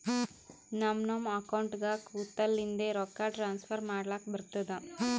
ನಮ್ ನಮ್ ಅಕೌಂಟ್ಗ ಕುಂತ್ತಲಿಂದೆ ರೊಕ್ಕಾ ಟ್ರಾನ್ಸ್ಫರ್ ಮಾಡ್ಲಕ್ ಬರ್ತುದ್